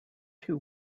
two